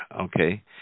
okay